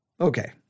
okay